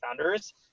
founders